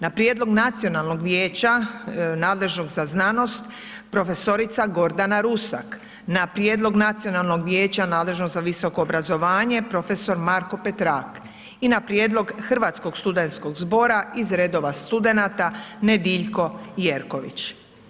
Na prijedlog Nacionalnog vijeća nadležnog za znanost profesorica Gordana Rusak, na prijedlog Nacionalnog vijeća nadležnog za visoko obrazovanje profesor Marko Petrak i na prijedlog Hrvatskog studentskog zbora iz redova studenata Nediljko Jerković.